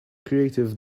creative